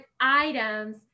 items